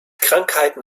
krankheiten